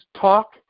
talk